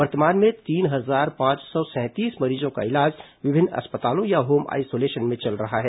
वर्तमान में तीन हजार पांच सौ सैंतीस मरीजों का इलाज विभिन्न अस्पतालों या होम आइसोलेशन में चल रहा है